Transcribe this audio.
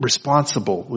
Responsible